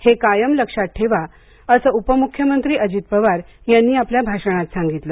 हे कायम लक्षात ठेवा असं उपमुख्यमंत्री अजित पवार यांनी आपल्या भाषणात सांगितलं